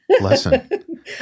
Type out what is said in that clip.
lesson